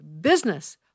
business